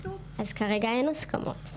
כרגע אין הסכמות.